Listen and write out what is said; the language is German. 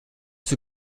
zur